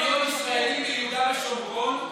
מיליון ישראלים ביהודה ושומרון,